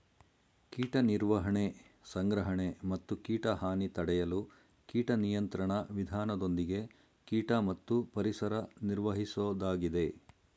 ಕೀಟ ನಿರ್ವಹಣೆ ಸಂಗ್ರಹಣೆ ಮತ್ತು ಕೀಟ ಹಾನಿ ತಡೆಯಲು ಕೀಟ ನಿಯಂತ್ರಣ ವಿಧಾನದೊಂದಿಗೆ ಕೀಟ ಮತ್ತು ಪರಿಸರ ನಿರ್ವಹಿಸೋದಾಗಿದೆ